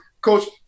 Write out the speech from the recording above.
Coach